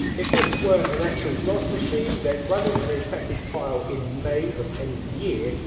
if this were an actual dos machine, then running an infected file in may of any year,